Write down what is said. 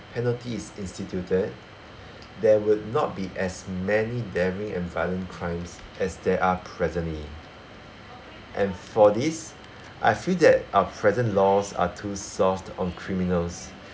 penalty is instituted there would not be as many daring and violent crimes as there are presently and for this I feel that our present laws are too soft on criminals